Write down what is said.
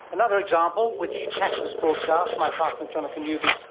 another example, which catalyst broadcast, my partner jonica newby,